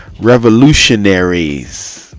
revolutionaries